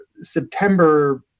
September